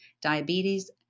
diabetes